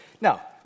Now